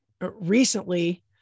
recently